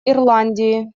ирландии